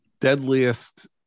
deadliest